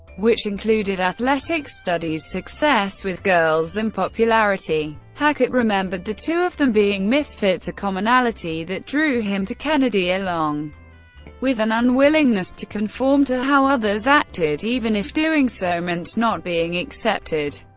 which included athletics, studies, success with girls, and popularity. hackett remembered the two of them being misfits, a commonality that drew him to kennedy, along with an unwillingness to conform to how others acted even if doing so meant not being accepted.